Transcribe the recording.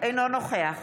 אינו נוכח